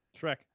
Shrek